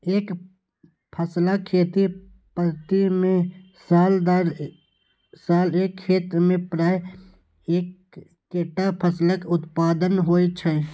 एकफसला खेती पद्धति मे साल दर साल एक खेत मे प्रायः एक्केटा फसलक उत्पादन होइ छै